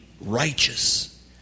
righteous